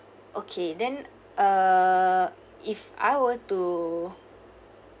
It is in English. okay then uh if I were to